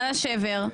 על השבר,